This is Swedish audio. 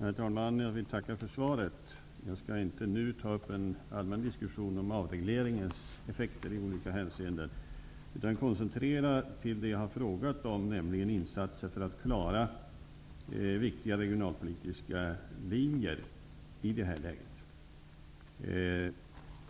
Herr talman! Jag tackar för svaret. Jag skall inte nu ta upp en allmän diskussion om avregleringens effekter i olika hänseenden, utan koncentrera mig till det som jag har frågat om, nämligen insatser för att klara viktiga regionalpolitiska linjer i det här läget.